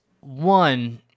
One